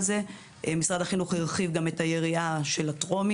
משרד החינוך הרחיב גם את היריעה של המבנים